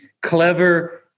clever